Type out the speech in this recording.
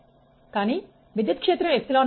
dE dt I A